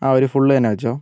ഒരു ഫുൾ തന്നെ വെച്ചോ